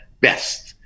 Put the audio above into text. best